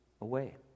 away